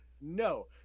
No